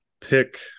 pick